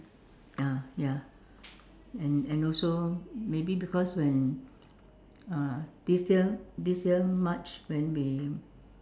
ya ya and and also maybe because when uh this year this year March when we